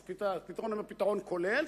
יש פתרון כולל,